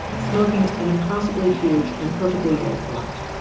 smoking an impossibly huge and perfectly rolled blunt